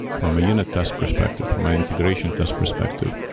from a unit test perspective, from an integration test perspective,